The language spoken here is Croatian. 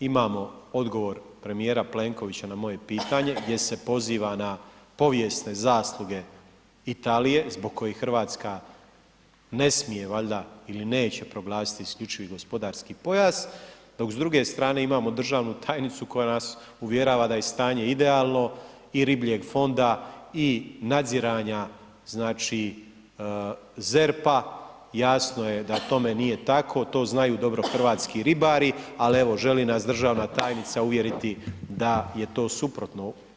Imamo odgovor premijera Plenkovića na moje pitanje gdje se poziva na povijesne zasluge Italije zbog kojih RH ne smije valjda ili neće proglasiti isključivi gospodarski pojas, dok s druge strane imamo državnu tajnicu koja nas uvjerava da je stanje idealno i ribljeg fonda i nadziranja, znači, ZERP-a, jasno je da tome nije tako, to znaju dobro hrvatski ribari, al evo, želi nas državna tajnica uvjeriti da je to suprotno.